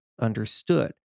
understood